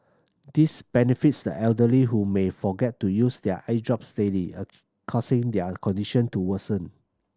this benefits the elderly who may forget to use their eye drops daily a causing their condition to worsen